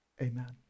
Amen